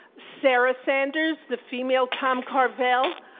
sara sanders, the female tom carvel,